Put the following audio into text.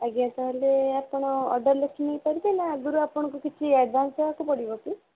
ଆଜ୍ଞା ତାହେଲେ ଆପଣ ଅର୍ଡ଼ର ଲେଖି ନେଇପାରିବେ ନା ଆଗରୁ ଆପଣଙ୍କୁ କିଛି ଆଡ଼ଭାନ୍ସ ଦେବାକୁ ପଡ଼ିବ କି